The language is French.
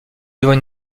devant